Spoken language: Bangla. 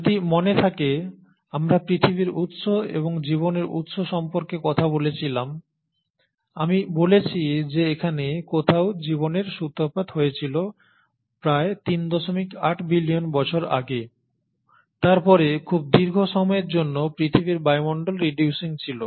যদি মনে থাকে আমরা পৃথিবীর উৎস এবং জীবনের উৎস সম্পর্কে কথা বলেছিলাম আমি বলেছি যে এখানে কোথাও জীবনের সূত্রপাত হয়েছিল প্রায় 38 বিলিয়ন বছর আগে তারপরে খুব দীর্ঘ সময়ের জন্য পৃথিবীর বায়ুমণ্ডল রিডিউসিং ছিল